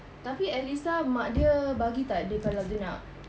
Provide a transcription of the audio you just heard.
tapi elisa mak dia bagi tak kalau dia nak